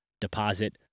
deposit